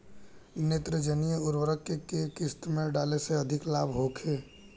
नेत्रजनीय उर्वरक के केय किस्त में डाले से अधिक लाभ होखे?